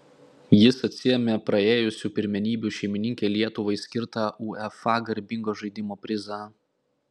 jis atsiėmė praėjusių pirmenybių šeimininkei lietuvai skirtą uefa garbingo žaidimo prizą